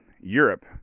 Europe